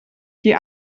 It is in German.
die